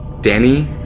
Danny